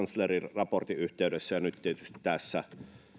raportin yhteydessä ja nyt nyt tietysti tässä